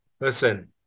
listen